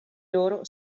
loro